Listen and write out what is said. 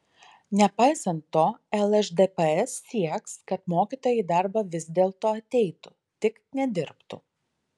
nepaisant to lšdps sieks kad mokytojai į darbą vis dėlto ateitų tik nedirbtų